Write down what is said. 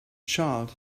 child